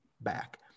back